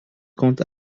compte